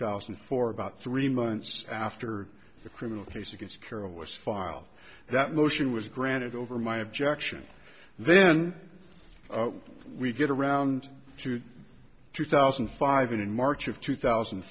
thousand and four about three months after the criminal case against carroll was file that motion was granted over my objection then we get around to two thousand and five and in march of two thousand and